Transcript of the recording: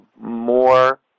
more